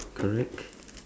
correct